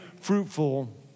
fruitful